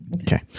Okay